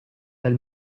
del